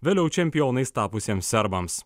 vėliau čempionais tapusiems serbams